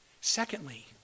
Secondly